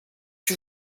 que